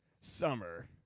summer